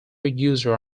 user